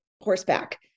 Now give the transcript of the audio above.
horseback